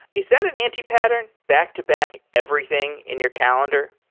is that an anti-pattern? back-to back everything in your calendar?